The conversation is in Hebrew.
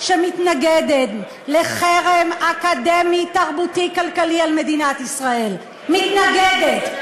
וירצה לקרוא לחרם צרכנים על "תנובה",